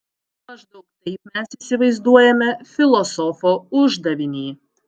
maždaug taip mes įsivaizduojame filosofo uždavinį